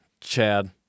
Chad